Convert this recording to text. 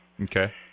Okay